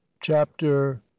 chapter